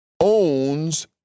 owns